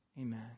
Amen